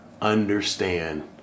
understand